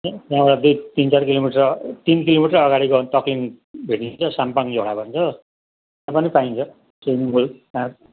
त्यहाँबाट दुई तिन चार किलोमिटर तिन किलेमिटर अघाडि गयो भने तपिङ भेटिन्छ साम्पाङ झोडा भन्छ त्यहाँ पनि पाइन्छ स्विमिङ पुल